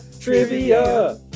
Trivia